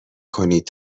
کنید